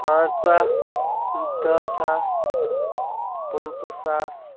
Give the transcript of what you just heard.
پنژاہ دہ ساس پٕنٛژٕ ساس